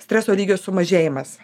streso lygio sumažėjimas